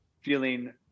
feeling